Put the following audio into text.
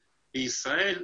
ישראל,